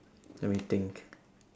let me think